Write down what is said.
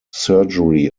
surgery